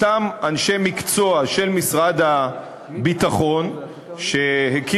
אותם אנשי מקצוע של משרד הביטחון שהקימו